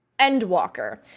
Endwalker